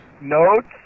Notes